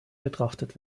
betrachtet